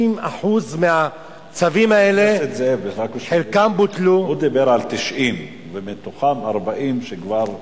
60% מהצווים האלה הוא דיבר על 90 ומתוכם 40 שכבר,